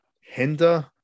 hinder